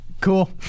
cool